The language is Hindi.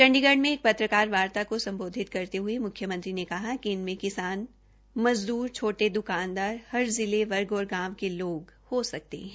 चंडीगढ़ में एक पत्रकारवार्ता को सम्बोधित करते हये मुख्यमंत्री ने कहा कि इन में किसान मज़दर छोटे द्रकानदार हर जिले वर्ग और गांव के लोग हो सकते है